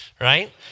right